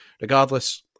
regardless